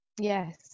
yes